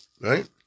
Right